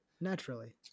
Naturally